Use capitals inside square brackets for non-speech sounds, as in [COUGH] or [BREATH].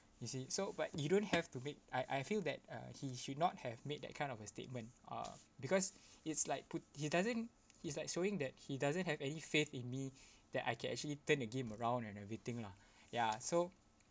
you see so but you don't have to make I I feel that uh he should not have made that kind of a statement uh because it's like put he doesn't he's like showing that he doesn't have any faith in me [BREATH] that I can actually turn the game around and everything lah ya so